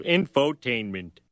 Infotainment